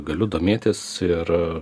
galiu domėtis ir